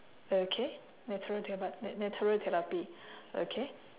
okay natural therap~ nat~ natural therapy okay